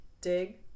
dig